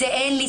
את זה אין לי.